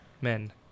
men